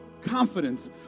confidence